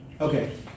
Okay